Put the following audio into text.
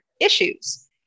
issues